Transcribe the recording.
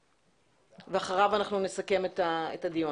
ואחריו אנחנו נסכם את הדיון.